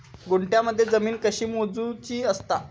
गुंठयामध्ये जमीन कशी मोजूची असता?